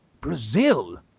Brazil